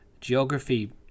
geography